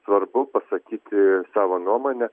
svarbu pasakyti savo nuomonę